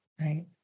Right